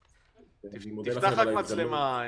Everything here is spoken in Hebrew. אני מודה לכם על ההזמנות.